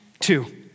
Two